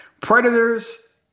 Predators